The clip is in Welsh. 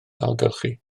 ailgylchu